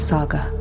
Saga